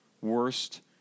Worst